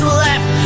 left